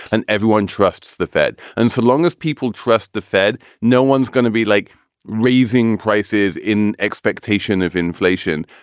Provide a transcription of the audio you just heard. and everyone trusts the fed. and so long as people trust the fed, no one's going to be like raising prices in expectation of inflation.